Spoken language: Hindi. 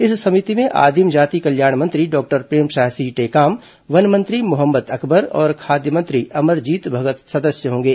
इस समिति में आदिम जाति कल्याण मंत्री डॉक्टर प्रेमसाय सिंह टेकाम वन मंत्री मोहम्मद अकबर और खाद्य मंत्री अमरजीत भगत सदस्य होंगे